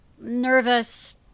nervous